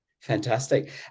Fantastic